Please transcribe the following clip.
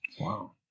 Wow